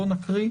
בואו נקריא.